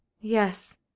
Yes